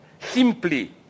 simply